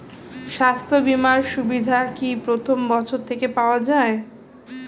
স্বাস্থ্য বীমার সুবিধা কি প্রথম বছর থেকে পাওয়া যায়?